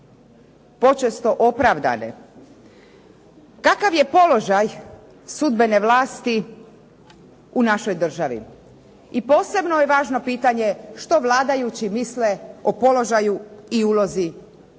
počesto opravdane. Kakav je položaj sudbene vlasti u našoj državi? I posebno je važno pitanje, što vladajući misle o položaju i ulozi sudačke